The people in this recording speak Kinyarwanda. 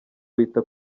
wita